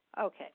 Okay